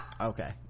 Okay